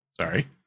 Sorry